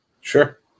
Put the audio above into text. Sure